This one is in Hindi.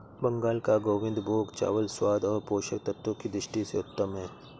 बंगाल का गोविंदभोग चावल स्वाद और पोषक तत्वों की दृष्टि से उत्तम है